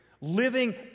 living